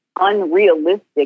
unrealistic